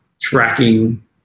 tracking